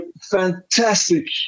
fantastic